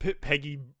peggy